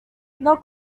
not